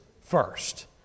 first